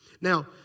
Now